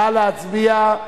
נא להצביע.